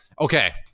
okay